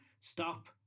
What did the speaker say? stop